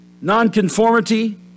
nonconformity